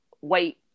wait